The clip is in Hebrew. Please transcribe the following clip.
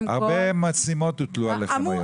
הרבה משימות הוטלו עליכם היום.